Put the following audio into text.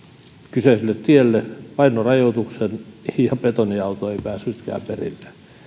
kyseiselle tielle painorajoituksen ja betoniauto ei päässytkään perille